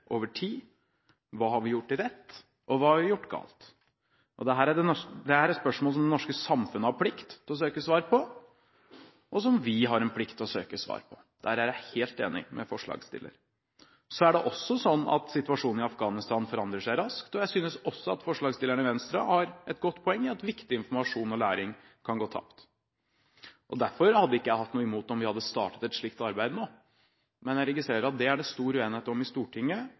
over tid? Hva har vi gjort rett, og hva har vi gjort galt? Dette er spørsmål som det norske samfunnet har plikt til å søke svar på, og som vi har en plikt til å søke svar på. Der er jeg helt enig med forslagsstillerne. Så er det også sånn at situasjonen i Afghanistan forandrer seg raskt. Jeg synes også forslagsstillerne i Venstre har et godt poeng i at viktig informasjon og læring kan gå tapt. Derfor hadde ikke jeg hatt noe imot om vi hadde startet et slikt arbeid nå. Men jeg registrerer at det er det stor uenighet om i Stortinget,